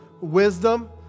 wisdom